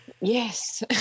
Yes